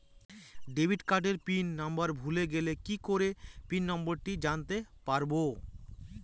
Debit কার্ডের PIN number ভুলে গেলে কি করে পিন নম্বরটি জানতে পারবো?